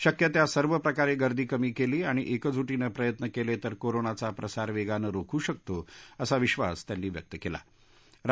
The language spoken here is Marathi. शक्य त्या सर्व प्रकारप्रिर्दी कमी क्लि आणि एकजुटीनं प्रयत्न क्लिविर कोरोनाचा प्रसार व्यापिं रोखू शकतो असा विश्वास त्यांनी व्यक्त कळा